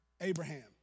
Abraham